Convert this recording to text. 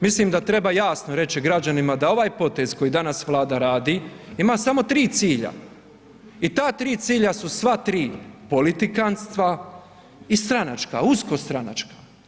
Mislim da treba jasno reći građanima da ovaj potez koji danas Vlada radi, ima samo tri cilja i ta tri cilja su sva tri politikanstva i stranačka, usko stranačka.